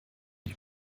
die